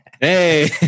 Hey